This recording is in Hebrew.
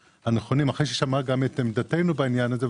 הנכונים אחרי שהיא שמעה גם את עמדתנו בעניין הזה,